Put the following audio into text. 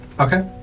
Okay